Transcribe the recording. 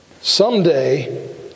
someday